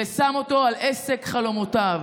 ושם אותם על עסק חלומותיו.